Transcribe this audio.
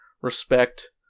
respect